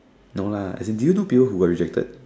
no lah as in do you know Dew who were rejected